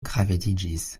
gravediĝis